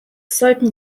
sollten